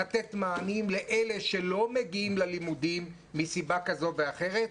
לתת מענים לאלה שלא מגיעים ללימודים מסיבה כזו ואחרת,